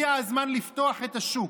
הגיע הזמן לפתוח את השוק.